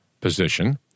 position